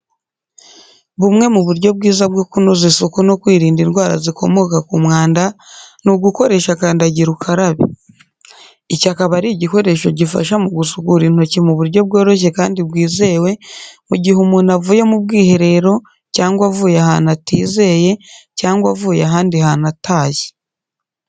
Bumwe mu buryo bwiza bwo kunoza isuku no kwirinda indwara zikomoka ku mwanda, ni ugukoresha kandagira ukarabe. Iki akaba ari igikoresho gifasha mu gusukura intoki mu buryo bworoshye kandi bwizewe, mu gihe umuntu avuye mu bwiherero cyangwa avuye ahantu atizeye, cyangwa avuye ahandi hantu atashye.